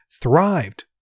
thrived